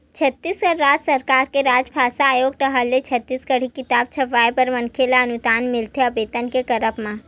छत्तीसगढ़ राज सरकार के राजभासा आयोग डाहर ले छत्तीसगढ़ी किताब छपवाय बर मनखे ल अनुदान मिलथे आबेदन के करब म